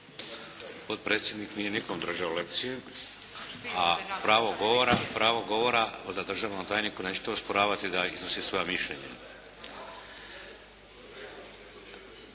Potpredsjednik nije nikome držao lekcije, a pravo govora, valjda državnom tajniku nećete osporavati da iznosi svoja mišljenja.